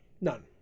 none